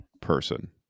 person